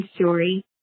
story